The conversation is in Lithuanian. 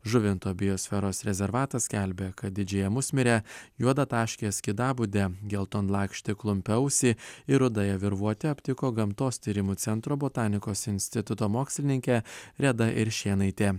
žuvinto biosferos rezervatas skelbia kad didžiąją musmirę juodataškę skydabudę geltonlakštį klumpiaausį ir rudąją virvuotę aptiko gamtos tyrimų centro botanikos instituto mokslininkė reda iršėnaitė